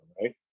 right